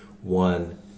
one